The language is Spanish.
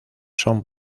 son